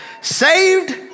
Saved